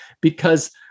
because-